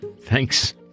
Thanks